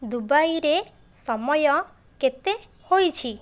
ଦୁବାଇରେ ସମୟ କେତେ ହେଇଛି